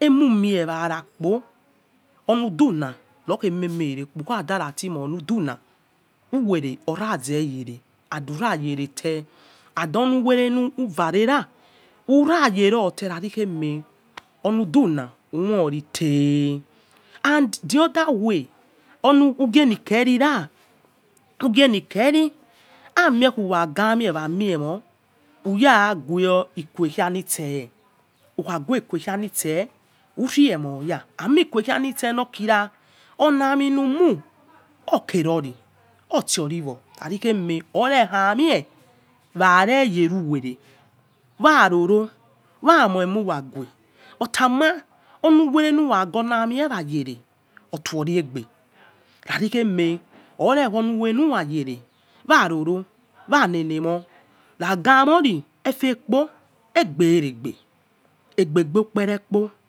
emu miswara kpo orludu uikhe merere kpo ukhada rati mo oludu ha ukhiaitel aud the other way ughe likecira khamie wanga a'amie wan mie mo uya ghywkokhai lisel, ukhaibghyekokhai lisel uraimo ya kin ekokhai nokira olamin highue or kerea otiewo khari kheme oirekhame wan re yele uwele, wai rolo wan moi amuwaete luwa ghiafe luwa yele otuelegbe khani kheme oire ohuwele liwa yele wai rolo wan lete mo raga a amon efe kpo egbe in-egbe egbe ukparo kpa.